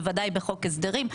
בוודאי בחוק הסדרים,